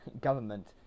government